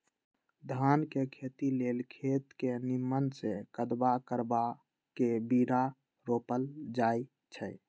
धान के खेती लेल खेत के निम्मन से कदबा करबा के बीरा रोपल जाई छइ